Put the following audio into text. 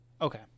Okay